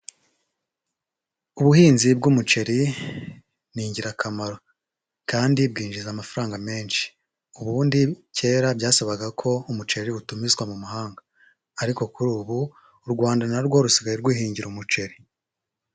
Ubuhinzi bw'umuceri ni ingirakamaro kandi bwinjiza amafaranga menshi, ubundi kera byasabaga ko umuceri utumizwa mu mahanga ariko kuri ubu, u Rwanda na rwo rusigaye rwihingira umuceri.